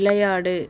விளையாடு